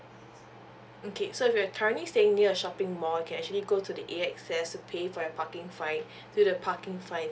okay so if you're currently staying near the shopping mall can actually go to the A X S to pay for your parking fine do the parking fine's